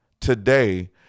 today